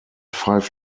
five